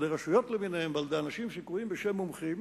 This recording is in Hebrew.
על-ידי רשויות למיניהן ועל-ידי אנשים שקרויים "מומחים",